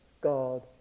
God